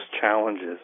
challenges